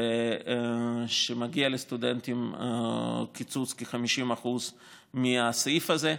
ושמגיע לסטודנטים קיצוץ של כ-50% מהסעיף הזה.